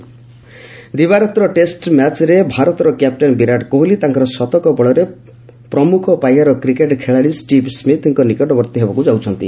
Kohli ranking ଦିବାରାତ୍ର test ମ୍ୟାଚ୍ରେ ଭାରତର କ୍ୟାପ୍ଟେନ୍ ବିରାଟ କୋହଲି ତାଙ୍କର ଶତକ ବଳରେ ପ୍ରମୁଖ ପାହ୍ୟାର କ୍ରିକେଟ୍ ଖେଳାଳି ଷ୍ଟିଭ୍ ସ୍କିଥ୍କ ନିକଟବର୍ତ୍ତୀ ହେବାକୃ ଯାଉଛନ୍ତି